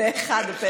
פה אחד.